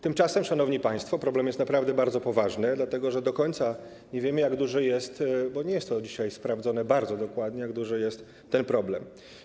Tymczasem, szanowni państwo, problem jest naprawdę bardzo poważny, dlatego że do końca nie wiemy, jak duży jest - bo nie jest to dzisiaj sprawdzone bardzo dokładnie - ten problem.